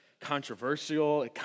controversial